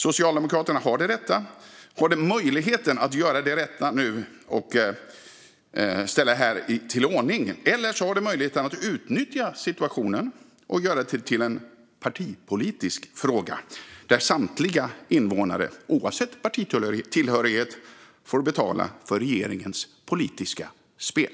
Socialdemokraterna har nu möjligheten att göra det rätta och få ordning på det här. Eller så har de möjligheten att utnyttja situationen och göra det till en partipolitisk fråga där samtliga invånare oavsett partitillhörighet får betala för regeringens politiska spel.